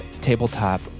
tabletop